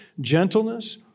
gentleness